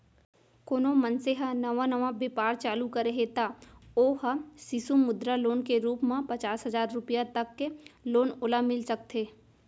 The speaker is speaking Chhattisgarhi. कोनो मनसे ह नवा नवा बेपार चालू करे हे त ओ ह सिसु मुद्रा लोन के रुप म पचास हजार रुपया तक के लोन ओला मिल सकथे